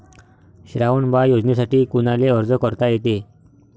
श्रावण बाळ योजनेसाठी कुनाले अर्ज करता येते?